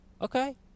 Okay